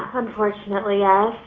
unfortunately yes.